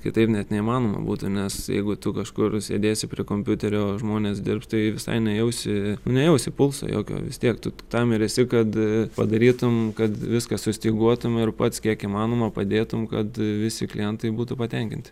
kitaip net neįmanoma būtų nes jeigu tu kažkur sėdėsi prie kompiuterio o žmonės dirbs tai visai nejausi nu nejausi pulso jokio vis tiek tu tam ir esi kad padarytum kad viską sustyguotam ir pats kiek įmanoma padėtum kad visi klientai būtų patenkinti